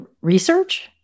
research